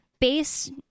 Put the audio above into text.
base